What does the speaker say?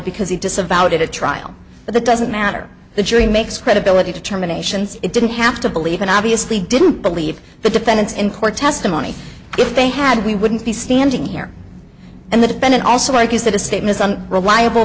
because he disavowed it at trial but that doesn't matter the jury makes credibility determinations it didn't have to believe and obviously didn't believe the defendants in court testimony if they had we wouldn't be standing here and the defendant also like is that a statement on reliable